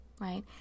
right